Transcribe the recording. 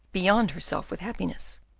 beyond herself with happiness.